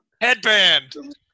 Headband